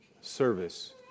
service